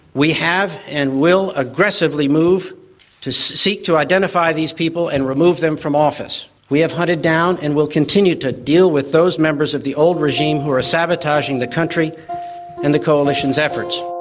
we have and will aggressively move to seek to identify these people and remove them from office. we have hunted down and will continue to deal with those members of the old regime who are sabotaging the country and the coalition's efforts.